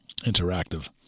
interactive